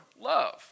love